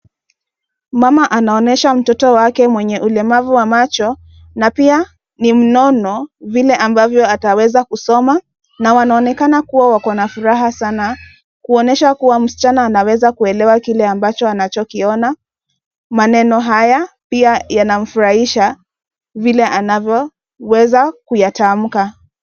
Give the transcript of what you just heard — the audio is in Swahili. Mama anaonesha mtoto wake mwenye ulemavu wa macho na pia ni mnono vile ambavyo ataweza kusoma na wanaonekana kuwa wakona furaha sana, kuonesha kuwa mschana anaweza kuelewa kile ambacho anachokiona. Maneno haya pia yanafurahisha vile anavo weza kuyatamka.